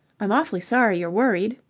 i'm awfully sorry you're worried.